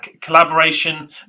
collaboration